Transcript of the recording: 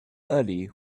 early